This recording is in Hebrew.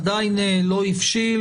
עדיין הוא לא הבשיל.